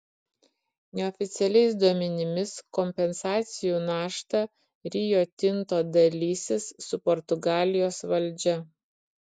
neoficialiais duomenimis kompensacijų naštą rio tinto dalysis su portugalijos valdžia